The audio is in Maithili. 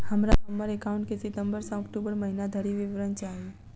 हमरा हम्मर एकाउंट केँ सितम्बर सँ अक्टूबर महीना धरि विवरण चाहि?